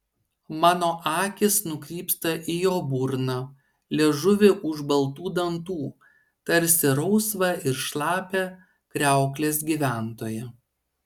mano akys nukrypsta į jo burną liežuvį už baltų dantų tarsi rausvą ir šlapią kriauklės gyventoją